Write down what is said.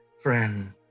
Friend